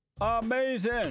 Amazing